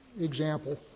example